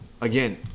Again